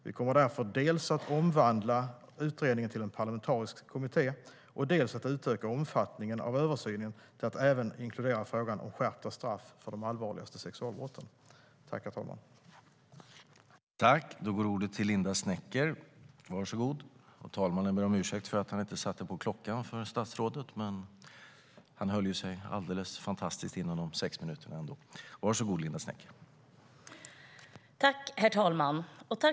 Vi kommer därför dels att omvandla utredningen till en parlamentarisk kommitté, dels att utöka omfattningen av översynen till att även inkludera frågan om skärpta straff för de allvarligaste sexualbrotten.